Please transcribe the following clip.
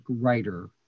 writer